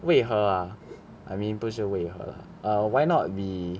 为何 ah I mean 不是为何 lah err why not we